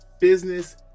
business